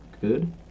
good